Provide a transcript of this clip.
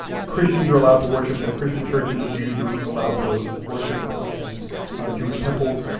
christians are allowed to worship at christian churches, jews are allowed to worship at jewish temples.